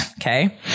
Okay